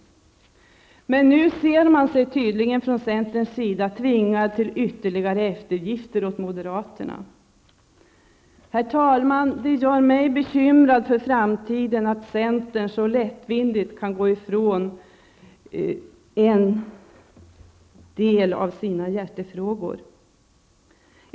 Men nu ser man sig från centerns sida tydligen tvingad att göra ytterligare eftergifter för moderaterna. Herr talman! Det gör mig bekymrad för framtiden att centern så lättvindigt går ifrån sina ståndpunkter i en del av sina hjärtefrågor.